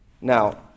Now